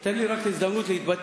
תן לי רק הזדמנות להתבטא,